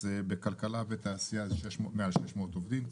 בכלכלה ותעשייה זה מעל 600 עובדים,